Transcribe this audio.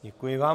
Děkuji vám.